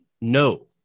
No